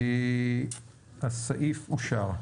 הצבעה אושר הסעיף אושר.